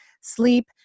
sleep